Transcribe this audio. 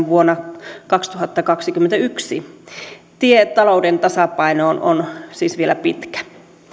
vuonna kaksituhattakaksikymmentäyksi tie talouden tasapainoon on siis vielä pitkä